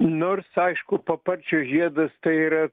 nors aišku paparčio žiedas tai yra